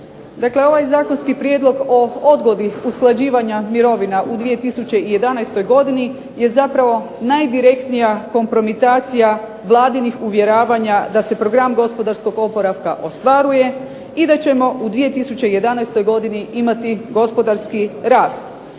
Dakle ovaj zakonski prijedlog o odgodi usklađivanja mirovina u 2011. godini je zapravo najdirektnija kompromitacija Vladinih uvjeravanja da se program gospodarskog oporavka ostvaruje i da ćemo u 2011. godini imati gospodarski rast.